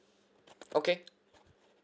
okay